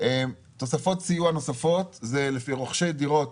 תוספות סיוע נוספות רוכשי דירות,